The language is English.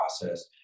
process